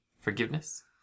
forgiveness